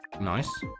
Nice